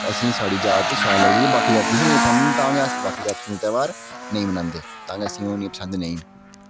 असें साढ़ी जात शैल लगदी ते बाकी जातीं असें नेईं पसंद न तां गै अस बाकी जातीं दे तयौहार नेईं बनांदे तां गै असें ओह् नेईं पसंद नेईं